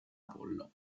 apollo